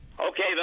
Okay